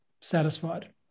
satisfied